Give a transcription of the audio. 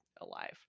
alive